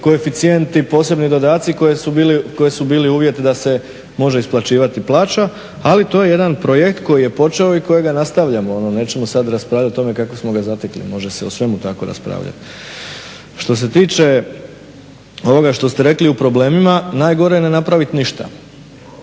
koeficijenti, posebni dodati koji su bili uvjet da se može isplaćivati plaća ali to je jedan projekt koji je počeo i kojega nastavljamo. Nećemo sada raspravljati o tome kako smo ga zatekli, može se o svem tako raspravljati. Što se tiče ovoga što ste rekli u problemima, najgore je ne napraviti ništa,